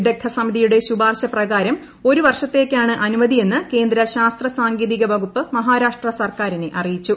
വിദ്ദഗ്ദ്ധ് സമിതിയുടെ ശുപാർശ പ്രകാരം ഒരു വർഷത്തേക്കാണ് അനുമ്തിയെന്ന് കേന്ദ്ര ശാസ്ത്ര സാങ്കേതിക വകുപ്പ് മഹാരാഷ്ട്ര സർക്കാരിനെ അറിയിച്ചു